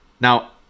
now